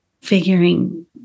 figuring